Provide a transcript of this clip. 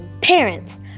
Parents